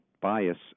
bias